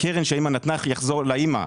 הקרן שהאמא נתנה יחזור לאמא,